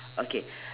okay